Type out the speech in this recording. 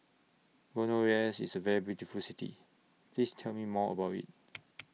Buenos Aires IS A very beautiful City Please Tell Me More about IT